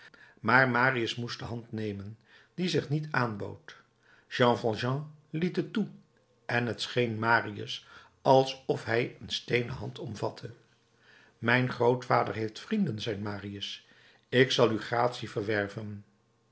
maar marius moest de hand nemen die zich niet aanbood jean valjean liet het toe en t scheen marius alsof hij een steenen hand omvatte mijn grootvader heeft vrienden zei marius ik zal uw gratie verwerven